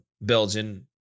Belgian